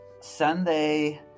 Sunday